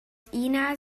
ina